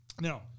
Now